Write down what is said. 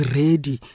ready